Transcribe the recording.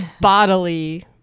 bodily